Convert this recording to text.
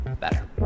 better